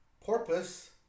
Porpoise